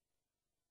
השר,